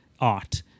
art